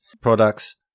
products